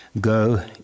go